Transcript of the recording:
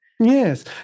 Yes